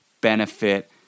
benefit